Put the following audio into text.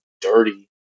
dirty